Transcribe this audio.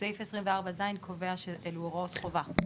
סעיף 24(ז) קובע שאילו הוראות חובה.